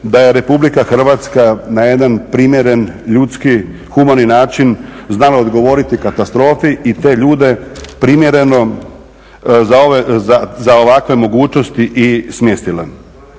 da je RH na jedan primjeren, ljudski, humani način znala odgovoriti katastrofi i te ljude primjereno za ovakve mogućnosti i smjestila.